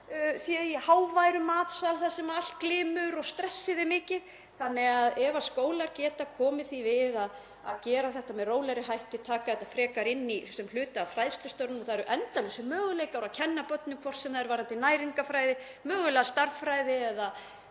sé í háværum matsal þar sem allt glymur og stressið er mikið. Þannig að það væri gott ef skólar gætu komið því við að gera þetta með rólegri hætti, taka þetta frekar sem hluta af fræðslustarfinu. Það eru endalausir möguleikar að kenna börnum, hvort sem það er varðandi næringarfræði, mögulega stærðfræði eða